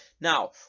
now